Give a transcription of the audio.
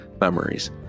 memories